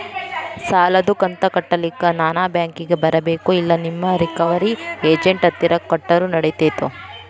ಸಾಲದು ಕಂತ ಕಟ್ಟಲಿಕ್ಕೆ ನಾನ ಬ್ಯಾಂಕಿಗೆ ಬರಬೇಕೋ, ಇಲ್ಲ ನಿಮ್ಮ ರಿಕವರಿ ಏಜೆಂಟ್ ಹತ್ತಿರ ಕೊಟ್ಟರು ನಡಿತೆತೋ?